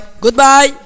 Goodbye